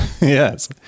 yes